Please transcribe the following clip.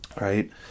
right